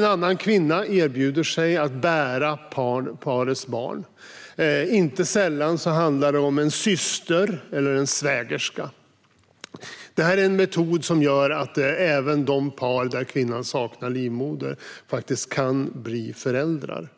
En annan kvinna erbjuder sig att bära parets barn - inte sällan handlar det om en syster eller en svägerska. Det här är en metod som gör att även de par där kvinnan saknar livmoder faktiskt kan bli föräldrar.